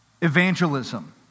evangelism